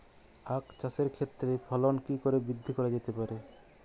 আক চাষের ক্ষেত্রে ফলন কি করে বৃদ্ধি করা যেতে পারে?